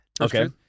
Okay